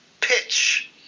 pitch